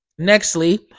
Nextly